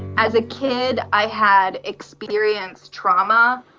as a kid i had experienced trauma.